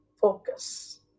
Focus